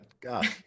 God